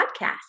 podcast